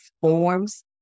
forms